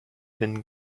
been